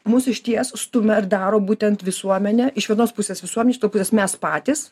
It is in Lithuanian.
mus išties stumia ar daro būtent visuomenę iš vienos pusės visuomenė iš kitos pusės mes patys